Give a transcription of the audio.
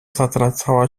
zatracała